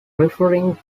referring